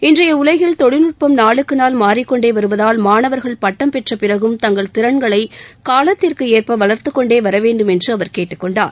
இன்றைய உலகில் தொழில்நுட்பம் நாளுக்கு நாள் மாறிக்கொண்டே வருவதால் மாணவர்கள் பட்டம் பெற்ற பிறகும் தங்கள் திறன்களை காலத்திற்கு ஏற்ப வளர்த்துக் கொண்டே வர வேண்டும் என்று அவர் கேட்டுக் கொண்டார்